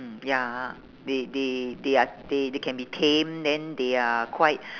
mm ya they they they are they they can be tamed then they are quite